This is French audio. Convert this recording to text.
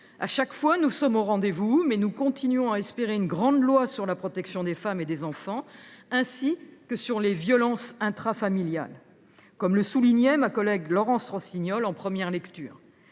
à chaque fois au rendez vous, monsieur le garde des sceaux, nous continuons d’espérer une grande loi sur la protection des femmes et des enfants, ainsi que sur les violences intrafamiliales, comme le soulignait ma collègue Laurence Rossignol en première lecture.